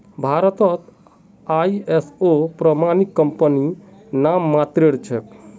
भारतत आई.एस.ओ प्रमाणित कंपनी नाममात्रेर छेक